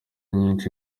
nyinshi